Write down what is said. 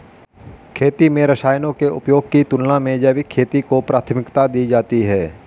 खेती में रसायनों के उपयोग की तुलना में जैविक खेती को प्राथमिकता दी जाती है